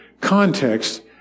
context